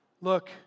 Look